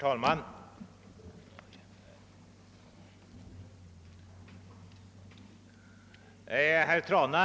Herr talman!